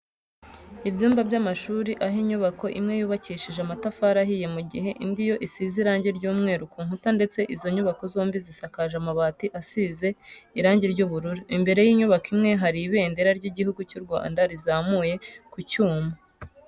Ibyumba by'amashuri aho inyubako imwe yubakishije amatafari ahiye mu gihe indi yo isize irange ry'umweru ku nkuta ndetse izo nyubako zombi zisakaje amabati asize airange ry'ubururu. Imbere y'inyubako imwe hari ibendera ry'igihugu cy'u Rwanda rizamuye ku cyuma.